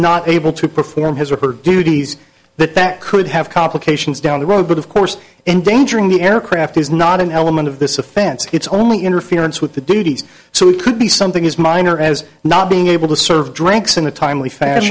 not able to perform his or her duties but that could have complications down the road but of course endangering the aircraft is not an element of this offense it's only interference with the duties so it could be something as minor as not being able to serve drinks in a timely fashion